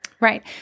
Right